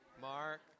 Mark